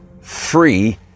Free